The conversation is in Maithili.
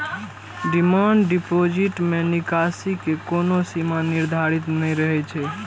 डिमांड डिपोजिट मे निकासी के कोनो सीमा निर्धारित नै रहै छै